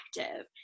active